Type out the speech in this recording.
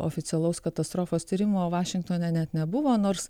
oficialaus katastrofos tyrimo vašingtone net nebuvo nors